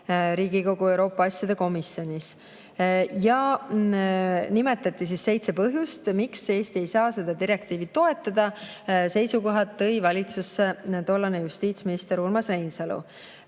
Riigikogu Euroopa [Liidu] asjade komisjonis. Nimetati seitse põhjust, miks Eesti ei saa seda direktiivi toetada. Seisukohad tõi valitsusse tollane justiitsminister Urmas Reinsalu.